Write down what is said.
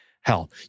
Hell